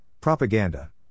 Propaganda